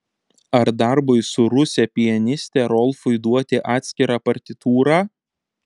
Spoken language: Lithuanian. ar darbui su ruse pianiste rolfui duoti atskirą partitūrą